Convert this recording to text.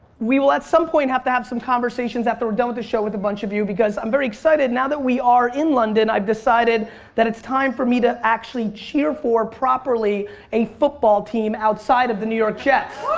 we will at some point have to have some conversations after we're done with the show with a bunch of you because i'm very excited now that we are in london i've decided that it's time for me to actually cheer for properly a football team outside of the new york jets.